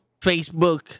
Facebook